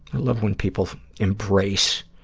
love when people embrace